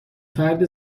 فرد